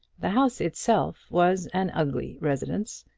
the house itself was an ugly residence,